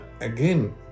again